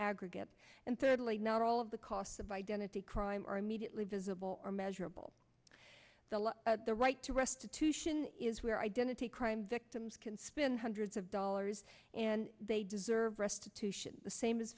aggregate and thirdly not all of the costs of identity crime are immediately visible or measurable the right to restitution is where identity crime victims can spend hundreds of dollars and they deserve restitution the same as